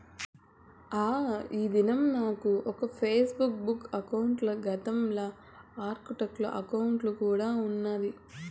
ఆ, ఈ దినం నాకు ఒక ఫేస్బుక్ బుక్ అకౌంటల, గతంల ఆర్కుట్ అకౌంటు కూడా ఉన్నాది